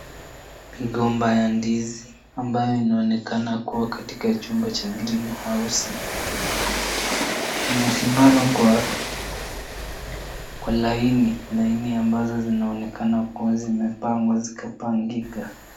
Migomba ya ndizi ambayo inaonekana kuwa katika chumba cha green house , imesimama kwa laini. Laini ambazo zinaonekana kuwa zimepangwa zikapangika.